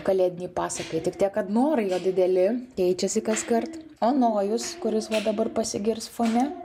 kalėdinei pasakai tik tiek kad norai jo dideli keičiasi kaskart o nojus kuris va dabar pasigirs fone